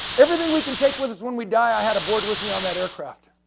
everything we can take with us when we die, i had a board with me on that aircraft.